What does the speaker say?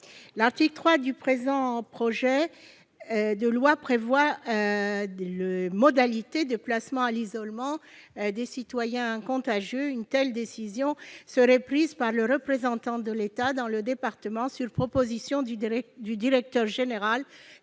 L'article 3 du présent projet de loi prévoit les modalités de placement à l'isolement des citoyens contagieux. Une telle décision serait prise par le représentant de l'État dans le département, sur proposition du directeur général